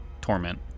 torment